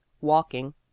walking